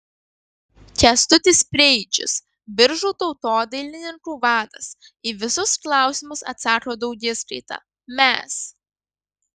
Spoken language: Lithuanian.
kęstutis preidžius biržų tautodailininkų vadas į visus klausimus atsako daugiskaita mes